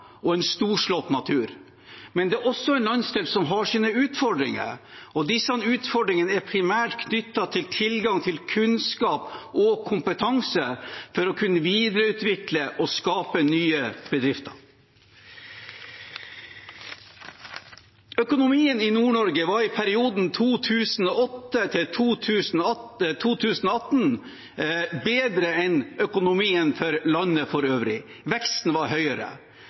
og en storslått natur. Men det er også en landsdel som har sine utfordringer, og disse utfordringene er primært knyttet til tilgang til kunnskap og kompetanse for å kunne videreutvikle og skape nye bedrifter. Økonomien i Nord-Norge var i perioden 2008–2018 bedre enn økonomien for landet for øvrig. Veksten var høyere.